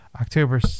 October